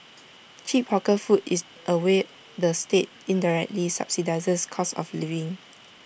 cheap hawker food is A way the state indirectly subsidises cost of living